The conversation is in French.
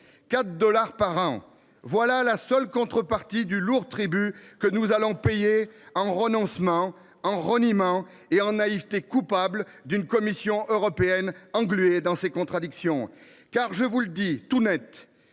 an par Canadien. Voilà la seule contrepartie du lourd tribut que nous allons payer en renoncements, en reniements et en naïveté coupable d’une Commission européenne engluée dans ses contradictions ! Je vous le dis tout net